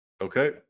Okay